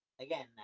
Again